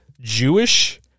Jewish